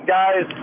guys